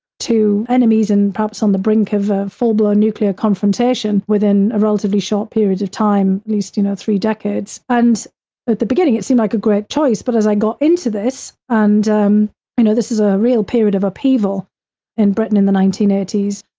to enemies, and perhaps on the brink of a full blown nuclear confrontation within a relatively short period of time. at least you know, three decades, and at the beginning, it seemed like a great choice but as i got into this, and um i know this is a real period of upheaval in britain in the nineteen eighty s,